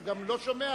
הוא גם לא שומע.